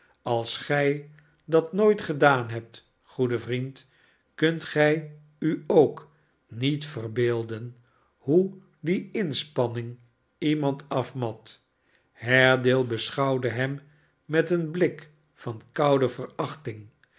als gij dat nooit gedaan hebt goede vriend kunt gij u ook niet verbeelden hoe die inspanning iemand afmat haredale beschouwde hem met een blik van koude yerachting